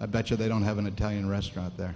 i betcha they don't have an italian restaurant there